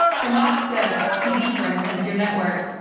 hromadske ah tv, for instance, your network,